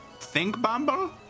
Thinkbumble